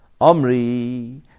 Omri